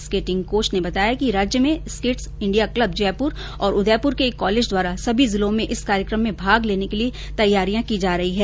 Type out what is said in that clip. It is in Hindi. स्केटिंग कोच ने बताया कि स्केट्स इंडिया क्लब जयपुर और उदयपुर के एक कॉलेज द्वारा सभी जिलों में इस कार्यक्रम में भाग लेने के लिए तैयारी की जा रही हैं